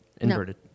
inverted